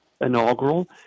inaugural